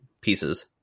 pieces